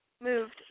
moved